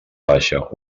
baixa